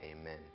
Amen